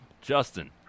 Justin